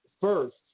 First